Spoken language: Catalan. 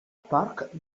porc